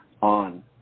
on